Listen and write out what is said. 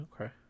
Okay